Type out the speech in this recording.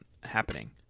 happening